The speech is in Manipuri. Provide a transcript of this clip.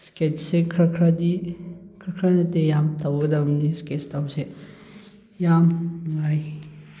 ꯏꯁꯀꯦꯠꯁꯦ ꯈꯔ ꯈꯔꯗꯤ ꯈꯔ ꯈꯔ ꯅꯠꯇꯦ ꯌꯥꯝ ꯇꯧꯒꯗꯧꯕꯅꯤ ꯏꯁꯀꯦꯠꯁ ꯇꯧꯕꯁꯦ ꯌꯥꯝ ꯅꯨꯡꯉꯥꯏ